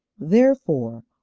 therefore,